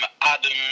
Adam